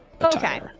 Okay